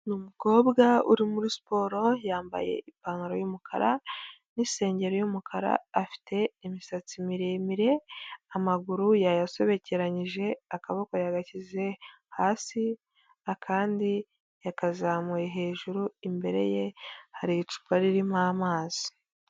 Ni umukobwa uri muri siporo yambaye ipantaro y'umukara n'isengeri y'umukara, afite imisatsi miremire amaguru yayasobekeranyije, akaboko yagashyize hasi akandi yakazamuye hejuru, imbere ye hari icupa ririmo amazi.